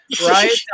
right